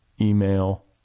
email